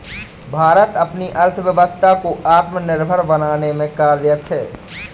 भारत अपनी अर्थव्यवस्था को आत्मनिर्भर बनाने में कार्यरत है